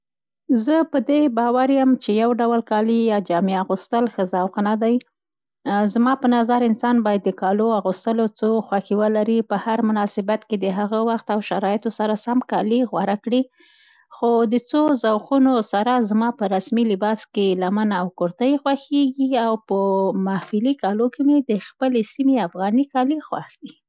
زه په دې باور یم چې یو ډول کالي یا جامې اغوستل ښه ذوق نه دی. زما په نظر انسان باید د کالو د اغوستلو څو خوښې ولري، په هر مناسبت کې د هغه وخت او شرایطو سره سم کالي غوره کړي. خو؛ د څو ذوقونو سره، زما په رسمي لباس کې لمنه او کورتۍ خوښېږي، په محلي کالو کې مې د خپلې سیمې افغاني کالي خوښ دي.